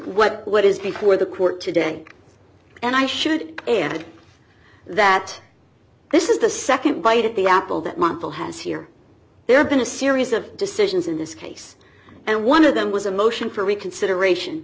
what what is before the court today and i should add that this is the nd bite at the apple that michael has here there have been a series of decisions in this case and one of them was a motion for reconsideration